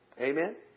Amen